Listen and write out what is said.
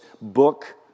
book